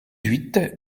huit